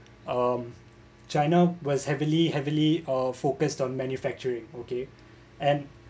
um china was heavily heavily uh focused on manufacturing okay and